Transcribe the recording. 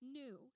new